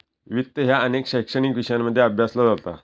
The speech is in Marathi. वित्त ह्या अनेक शैक्षणिक विषयांमध्ये अभ्यासला जाता